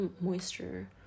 Moisture